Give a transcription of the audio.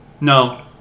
No